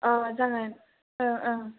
औ जागोन ओओ